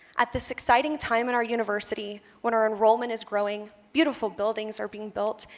at this exciting time in our university when our enrollment is growing, beautiful buildings are being built,